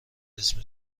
اسم